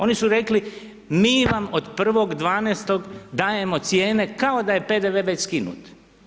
Oni su rekli mi vam od 1.12. dajemo cijene kao da je PDV već skinut.